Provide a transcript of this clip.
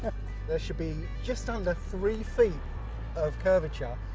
there should be just under three feet of curvature,